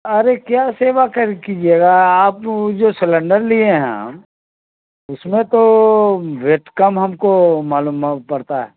ارے کیا سیوا کر کیجیے گا آپ او جو سلینڈر لیے ہیں ہم اس میں تو ریٹ کم ہم کو معلوم پڑتا ہے